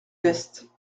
veste